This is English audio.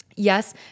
Yes